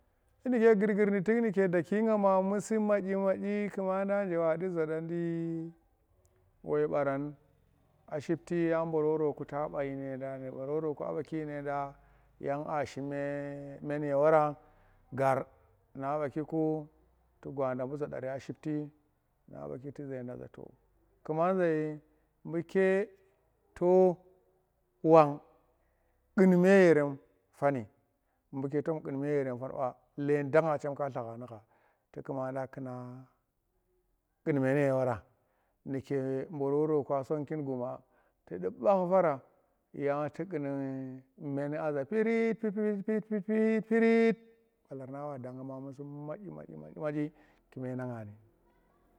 Dyi nuke gurgur tuk nu daki ma musu madyi madyi kumadi da je nuke wadu soda nu woi barang a shi ti ya bororo ta ba, aaji nu bororo kwa a baki dyino da a shi men ye wara gar na buti ku tu gwada bu sodara a shipti na baki duze da to kuma za eyi buke to wag gu me yerem fani, buke tom qum me yerem fa ba leedag chem ka lagha ugha tu kua qu me ye wara u bororo gwa soki guma tu di bak fara yan tu a un men aza pipit pipiritik pirit balar nang wa da nga musi madyi madyi madyi kume nanga ni